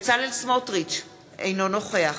בצלאל סמוטריץ, אינו נוכח